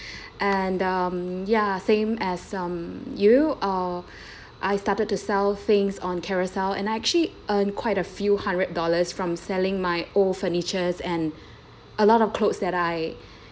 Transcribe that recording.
and um ya same as some you uh I started to sell things on Carousell and I actually earned quite a few hundred dollars from selling my old furnitures and a lot of clothes that I